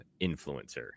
influencer